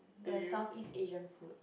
the SouthEast-Asian food